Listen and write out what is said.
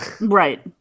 Right